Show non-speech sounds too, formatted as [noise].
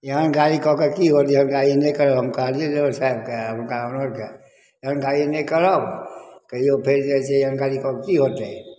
एहन गाड़ी कऽ कऽ की होत एहन गाड़ी नहि करब हम कहलियै डराइवर सहेबके [unintelligible] एहन गाड़ी नहि करब कहियो फँसि जाइ छै एहन गाड़ी कऽके की होतै